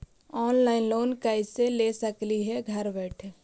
Online loan कैसे ले सकली हे घर बैठे?